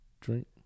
drink